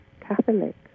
Catholic